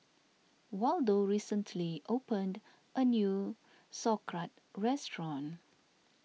Waldo recently opened a new Sauerkraut restaurant